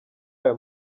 ayo